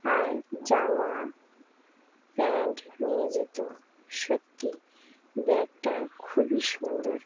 আর জামা প্যান্ট নিয়ে যেত সত্যি ব্যাগটা খুবই সুন্দর